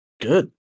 good